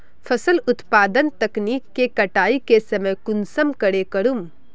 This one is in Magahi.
फसल उत्पादन तकनीक के कटाई के समय कुंसम करे करूम?